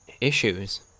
issues